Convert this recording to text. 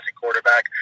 quarterback